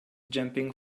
jumping